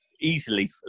easily